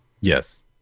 Yes